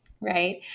right